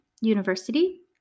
University